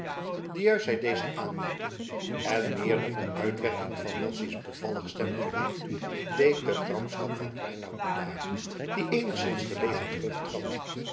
de juistheid dezer aanmerking en meer nog de uitwerking van madzy's bevallig stemgeluid deed de gramschap van reinout bedaren die eenigszms verlegen